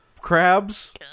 crabs